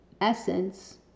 essence